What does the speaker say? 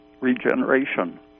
regeneration